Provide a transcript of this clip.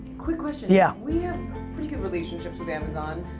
quick question. yeah. we have pretty good relationships with amazon.